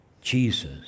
Jesus